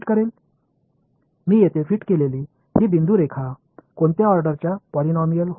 இங்கே நான் பொருத்தப்பட்ட இந்த புள்ளியிடப்பட்ட வரி எந்த வரிசையின் பாலினாமியல்